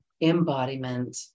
Embodiment